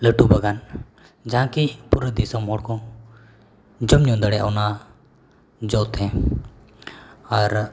ᱞᱟᱹᱴᱩ ᱵᱟᱜᱟᱱ ᱡᱟᱦᱟᱸ ᱠᱤ ᱯᱩᱨᱟᱹ ᱫᱤᱥᱚᱢ ᱦᱚᱲᱠᱚ ᱡᱚᱢᱼᱧᱩ ᱫᱟᱲᱮᱭᱟᱜᱼᱟ ᱚᱱᱟ ᱡᱚ ᱛᱮ ᱟᱨ